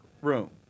room